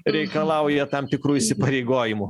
reikalauja tam tikrų įsipareigojimų